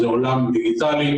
זה עולם דיגיטלי,